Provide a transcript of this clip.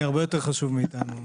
ביטוח לאומי.